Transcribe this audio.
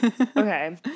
Okay